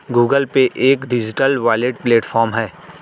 Google Pay एक digital wallet platform है